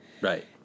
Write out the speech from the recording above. right